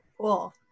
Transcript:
Cool